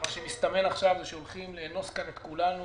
מסתמן עכשיו שהולכים לאנוס כאן את כולנו